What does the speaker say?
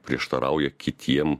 prieštarauja kitiem